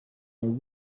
are